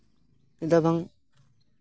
ᱪᱮᱫᱟᱜ ᱵᱟᱝ